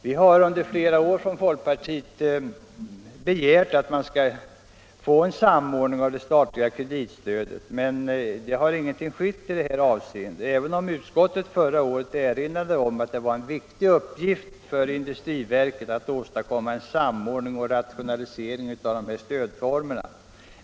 Vi har under flera år från folkpartiet begärt att få en samordning av det statliga kreditstödet men ingenting har skett i det avseendet, även om utskottet förra året erinrade om att det var en viktig uppgift för industriverket att åstadkomma en samordning och rationalisering av de olika stödformerna.